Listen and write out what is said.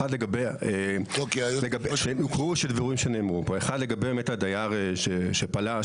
אחת לגבי הדייר שפלש,